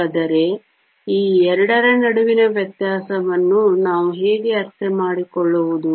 ಹಾಗಾದರೆ ಈ 2 ರ ನಡುವಿನ ವ್ಯತ್ಯಾಸವನ್ನು ನಾವು ಹೇಗೆ ಅರ್ಥಮಾಡಿಕೊಳ್ಳುವುದು